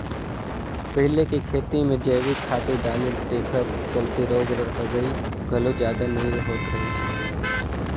पहिले के खेती में जइविक खातू डाले तेखर चलते रोग रगई घलो जादा नइ होत रहिस हे